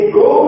go